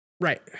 Right